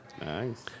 Nice